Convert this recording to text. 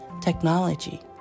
technology